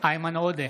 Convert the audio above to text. איימן עודה,